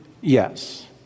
Yes